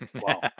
Wow